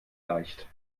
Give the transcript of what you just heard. leicht